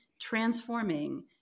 transforming